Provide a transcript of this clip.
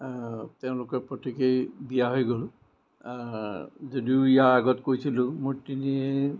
তেওঁলোকে প্ৰত্য়েকই বিয়া হৈ গ'ল যদিও ইয়াৰ আগত কৈছিলো মোৰ তিনি